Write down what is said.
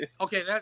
Okay